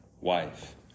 wife